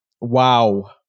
Wow